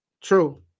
True